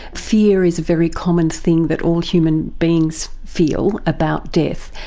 fear is a very common thing that all human beings feel about death.